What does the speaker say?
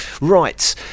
Right